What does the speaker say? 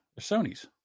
Sony's